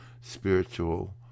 spiritual